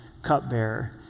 cupbearer